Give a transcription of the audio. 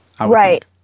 Right